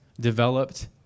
developed